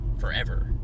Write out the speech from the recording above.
forever